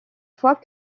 fois